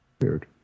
Weird